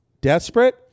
desperate